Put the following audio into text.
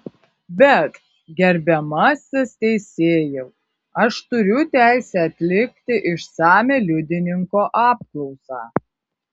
bet gerbiamasis teisėjau aš turiu teisę atlikti išsamią liudininko apklausą